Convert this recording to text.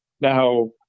Now